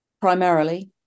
primarily